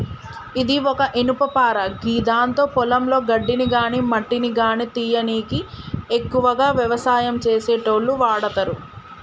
ఇది ఒక ఇనుపపార గిదాంతో పొలంలో గడ్డిని గాని మట్టిని గానీ తీయనీకి ఎక్కువగా వ్యవసాయం చేసేటోళ్లు వాడతరు